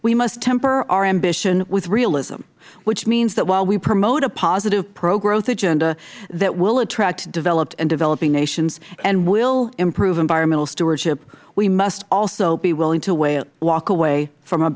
we must temper our ambition with realism which means that while we promote a positive pro growth agenda that will attract developed and developing nations and will improve environmental stewardship we must also be willing to walk away from a